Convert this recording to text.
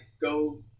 go